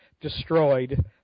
destroyed